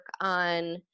on